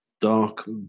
dark